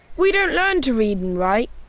we don't learn to read and write.